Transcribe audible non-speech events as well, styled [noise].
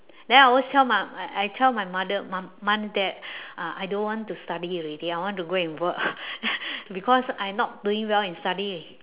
then I always tell my I I tell my mother my mum that [breath] uh I don't want to study already I want to go and work [laughs] because I not doing well in studying